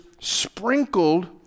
sprinkled